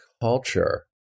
culture